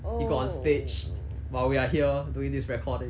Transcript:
he got on stage while we are here doing this recording